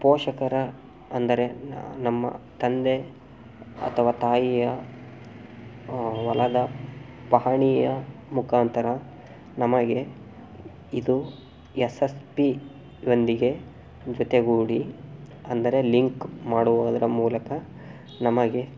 ಪೋಷಕರ ಅಂದರೆ ನಮ್ಮ ತಂದೆ ಅಥವಾ ತಾಯಿಯ ಹೊಲದ ಪಹಣಿಯ ಮುಖಾಂತರ ನಮಗೆ ಇದು ಎಸ್ ಎಸ್ ಪಿಯೊಂದಿಗೆ ಜೊತೆಗೂಡಿ ಅಂದರೆ ಲಿಂಕ್ ಮಾಡುವುದರ ಮೂಲಕ ನಮಗೆ